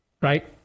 right